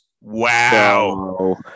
Wow